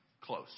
close